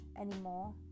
anymore